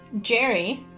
Jerry